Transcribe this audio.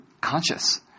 conscious